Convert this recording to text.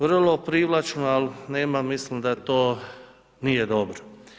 Vrlo privlačno, ali nema, mislim da to nije dobro.